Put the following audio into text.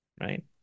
Right